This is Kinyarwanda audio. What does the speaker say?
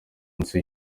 nzu